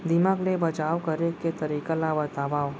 दीमक ले बचाव करे के तरीका ला बतावव?